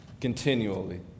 continually